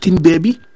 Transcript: baby